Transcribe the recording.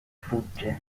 fugge